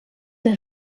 der